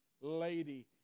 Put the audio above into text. lady